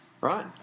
Right